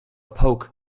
poke